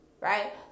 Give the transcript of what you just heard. Right